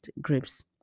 groups